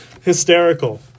Hysterical